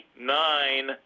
nine